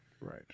Right